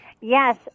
Yes